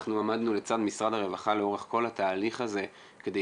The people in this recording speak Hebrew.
אנחנו עמדנו לצד משרד הרווחה לאורך כל התהליך הזה כדי